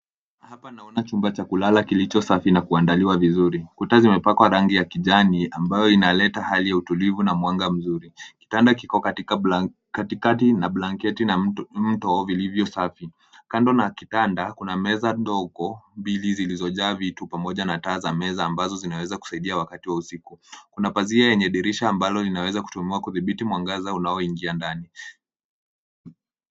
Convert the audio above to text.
Hapa naona chumba cha kulala kilicho safi na kuandaliwa vizuri. Kuta zimepakwa rangi ya kijani ambayo inaleta hali ya utulivu na mwanga mzuri. Kitanda kiko katikati na blanketi na mto vilivyo safi. Kando na kitanda kuna meza ndogo mbili zilizojazwa vitu pamoja na taa za meza ambazo zinaweza kusaidia wakati wa usiku. Kuna pazia yenye dirisha ambalo linaweza kutumiwa kudhibiti mwangaza unaoingia ndani.